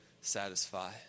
satisfy